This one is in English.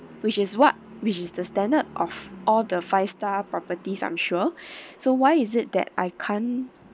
which is what which is the standard of all the five star properties I'm sure so why is it that I can't